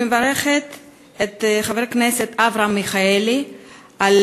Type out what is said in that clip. אני מברכת את חבר הכנסת אברהם מיכאלי על